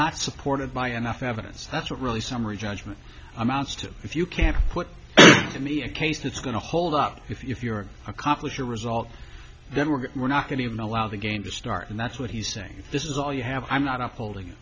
not supported by enough evidence that's what really summary judgment amounts to if you can't put to me a case that's going to hold up if you're accomplish your result then we're not going to allow the game to start and that's what he's saying this is all you have i'm not upholding